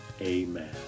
amen